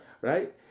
Right